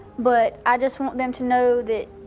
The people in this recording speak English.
but i just want them to know that